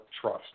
trust